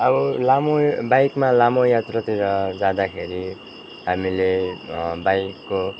अब लामो बाइकमा लामो यात्रातिर जाँदाखेरि हामीले बाइकको